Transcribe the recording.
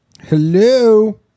Hello